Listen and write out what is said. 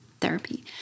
therapy